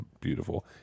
beautiful